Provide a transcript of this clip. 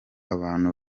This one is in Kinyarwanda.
abantu